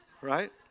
right